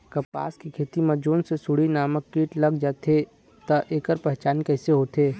कपास के खेती मा जोन ये सुंडी नामक कीट लग जाथे ता ऐकर पहचान कैसे होथे?